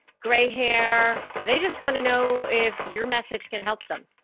gray hair, they just want to know if your message can help them.